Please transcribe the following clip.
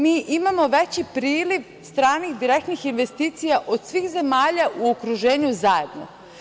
Mi imamo veći priliv stranih direktnih investicija od svih zemalja u okruženju zajedno.